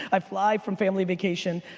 i fly from family vacation,